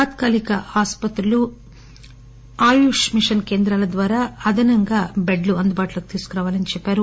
తాత్కాలీక ఆస్పత్రులు ఆయుష్ కేంద్రాల ద్వారా అదనంగా బెడ్లు అందుబాటులోకి తేవాలని చెప్పారు